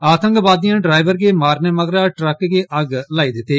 आतंकवादिएं ड्राईवर गी मारने मगरा ट्रक गी अग्ग लाई दित्ती